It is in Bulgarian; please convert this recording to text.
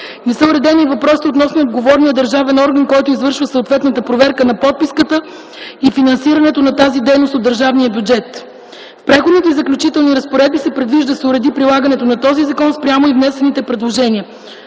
Не са уредени въпросите относно отговорния държавен орган, който извършва съответната проверка на подписката и финансирането на тази дейност от държавния бюджет. В Преходните и заключителни разпоредби се предвижда да се уреди прилагането на този закон спрямо изнесените предложения.